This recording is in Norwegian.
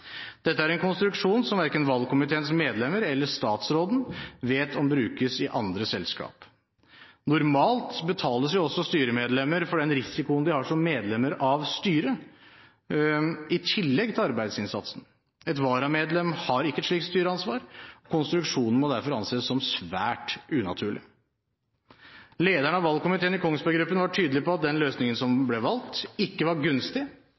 Dette er en konstruksjon som verken valgkomiteens medlemmer eller statsråden vet om brukes i andre selskaper. Normalt betales jo også styremedlemmer for den risikoen de har som medlemmer av styret, i tillegg til arbeidsinnsatsen. Et varamedlem har ikke et slikt styreansvar. Konstruksjonen må derfor anses som svært unaturlig. Lederen av valgkomiteen i Kongsberg Gruppen var tydelig på at den løsningen som ble valgt, ikke var gunstig,